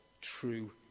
true